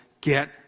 get